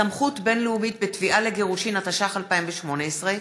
(סמכות בין-לאומית בתביעה לגירושין), התשע"ח 2018,